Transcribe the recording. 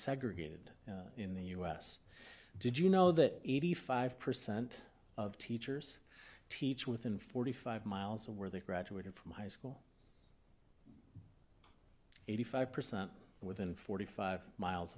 segregated in the us did you know that eighty five percent of teachers teach within forty five miles of where they graduated from high school eighty five percent within forty five miles